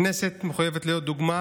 הכנסת מחויבת להיות דוגמה